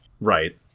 right